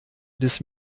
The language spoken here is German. des